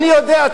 אני יודע.